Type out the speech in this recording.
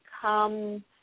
come